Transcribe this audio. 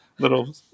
Little